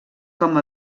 com